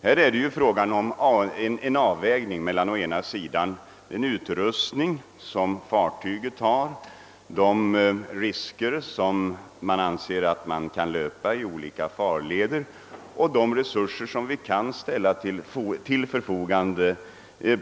Här är det emellertid fråga om en av vägning mellan den utrustning som fartyget har, de risker som man anser sig löpa i olika farleder och de resurser i form bl.a. av lotsning som kan ställas till förfogande.